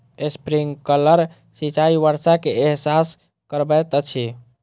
sprinkler सिचाई वर्षा के एहसास करबैत अछि